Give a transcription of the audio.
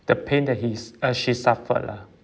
the pain that he's uh she suffered lah